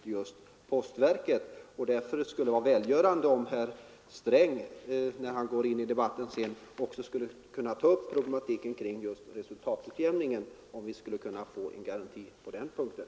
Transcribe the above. Det vore välgörande om herr Sträng, när han går in i debatten, ville ta upp problematiken med resultatutjämningen, så att vi kunde få en garanti på den punkten.